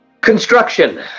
construction